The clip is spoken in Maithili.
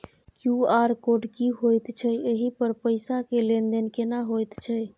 क्यू.आर कोड की होयत छै एहि पर पैसा के लेन देन केना होयत छै?